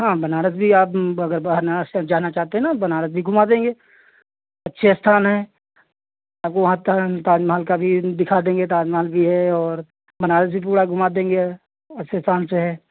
हाँ बनारस भी आप अगर बनारस तक जाना चाहते हैं तो बनारस भी घुमा देंगे घुमा देंगे अच्छे स्थान हैं आपको वहाँ त ताज महल का भी दिखा देंगे ताज महल भी है और बनारस भी पूरा घुमा देंगे अच्छे स्थान से हैं